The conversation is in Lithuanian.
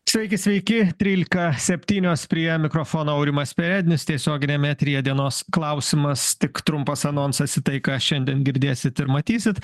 sveiki sveiki trylika septynios prie mikrofono aurimas perednis tiesioginiame eteryje dienos klausimas tik trumpas anonsas į tai ką šiandien girdėsit ir matysit